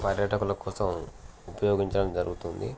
పర్యాటకుల కోసం ఉపయోగించడం జరుగుతుంది